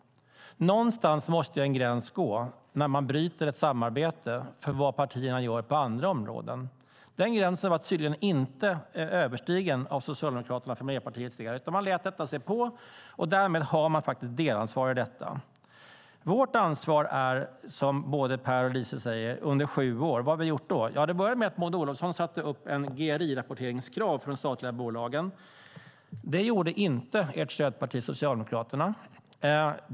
Någonstans måste gränsen gå för när man bryter ett samarbete på grund av vad partierna gör på andra områden. Den gränsen var tydligen för Miljöpartiets del inte överskriden av Socialdemokraterna, utan man lät detta gå. Därmed har man ett delansvar i detta. Vårt ansvar gäller, som Per och Lise säger, sju år. Vad har vi gjort? Ja, det började med att Maud Olofsson satte upp ett GRI-rapporteringskrav för de statliga bolagen. Det gjorde inte ert stödparti Socialdemokraterna.